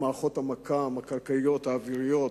למערכות המכ"ם הקרקעיות והאוויריות,